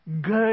good